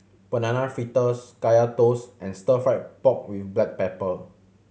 Banana Fritters Kaya Toast and Stir Fried Pork With Black Pepper